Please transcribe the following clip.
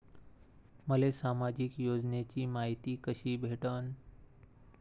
मले सामाजिक योजनेची मायती कशी भेटन?